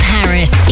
Paris